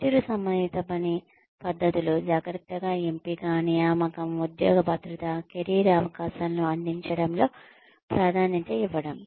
పనితీరు సంబంధిత పని పద్ధతులు జాగ్రత్తగా ఎంపిక నియామకం ఉద్యోగ భద్రత కెరీర్ అవకాశాలను అందించడంలో ప్రాధాన్యత ఇవ్వడం